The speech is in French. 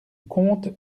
comte